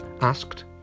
asked